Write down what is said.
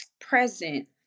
present